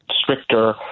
stricter